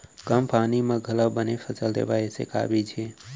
कम पानी मा घलव बने फसल देवय ऐसे का बीज हे?